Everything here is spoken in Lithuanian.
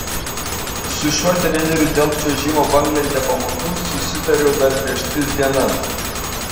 su šiuo treneriu dėl čiuožimo banglente pamokų susitariau dar prieš tris dienas